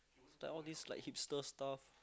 like all these like hipster stuff